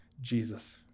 Jesus